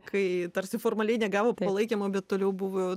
kai tarsi formaliai negavo palaikymo bet toliau buvo